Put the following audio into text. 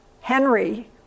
Henry